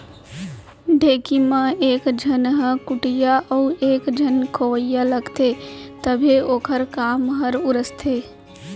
ढेंकी म एक झन ह कुटइया अउ एक झन खोवइया लागथे तभे ओखर काम हर उसरथे